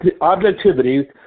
objectivity